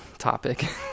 topic